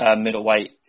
middleweight